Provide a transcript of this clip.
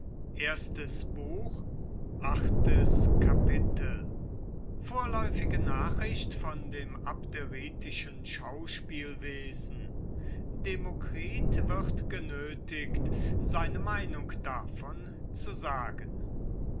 vorläufige nachricht von dem abderitischen schauspielwesen demokritus wird genötigt seine meinung davon zu sagen